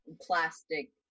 plastic